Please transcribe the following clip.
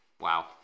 wow